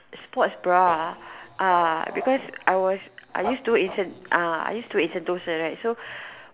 sports bra ah uh because I was I used to work uh I used to work in Sentosa right so